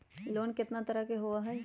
Loan केतना तरह के होअ हई?